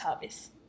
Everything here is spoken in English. service